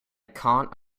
can’t